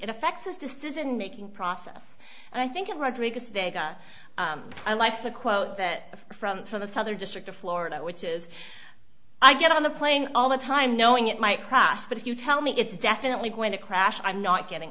it affects his decision making process and i think it rodrigues vaguer i like the quote that from from a southern district of florida which is i get on a plane all the time knowing it might crash but if you tell me it's definitely going to crash i'm not getting